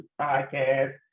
Podcast